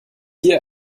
hier